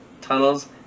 tunnels